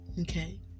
Okay